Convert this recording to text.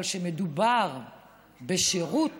אבל כשמדובר בשירות,